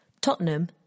Tottenham